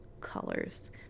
Colors